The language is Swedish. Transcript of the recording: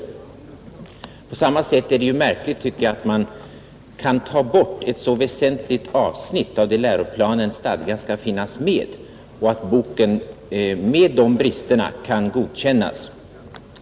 Det är därför märkligt, tycker jag, att man i en bok i religionskunskap kan ta bort ett så väsentligt avsnitt av vad läroplanen stadgar skall finnas med och att en bok med de bristerna kan godkännas.